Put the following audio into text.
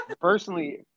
personally